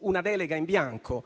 una delega in bianco.